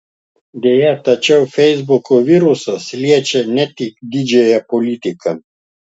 deja tačiau feisbuko virusas liečia ne tik didžiąją politiką